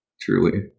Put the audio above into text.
truly